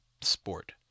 sport